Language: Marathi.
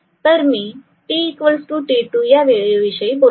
तर मी t t2 या वेळेविषयी बोलत आहे